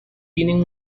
tienen